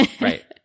Right